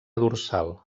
dorsal